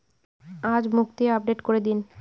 আজ মুক্তি আপডেট করে দিন